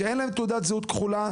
שאין להם תעודת זהות כחולה,